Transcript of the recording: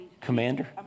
Commander